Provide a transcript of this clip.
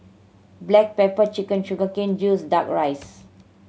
black pepper chicken sugar cane juice Duck Rice